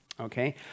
Okay